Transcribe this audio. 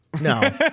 No